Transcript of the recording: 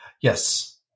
Yes